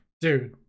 Dude